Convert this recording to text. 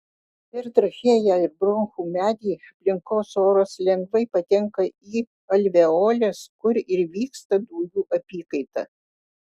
per trachėją ir bronchų medį aplinkos oras lengvai patenka į alveoles kur ir vyksta dujų apykaita